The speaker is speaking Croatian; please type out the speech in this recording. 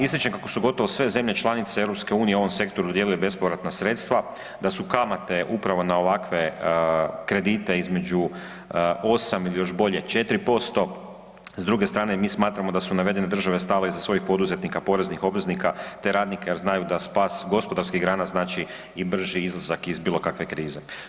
Ističem kako su gotovo sve zemlje članice Europske unije u ovom sektoru dijelile bespovratna sredstva, da su kamate upravo na ovakve kredite između 8% ili još bolje 4%, s druge strane mi smatramo da su navedene države stale iza svojih poduzetnika, poreznih obveznika, te radnika jer znaju da spas gospodarskih grana znači i brži izlazak iz bilo kakve krize.